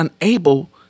unable